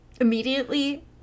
Immediately